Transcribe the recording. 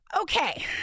Okay